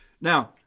Now